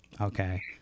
okay